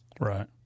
Right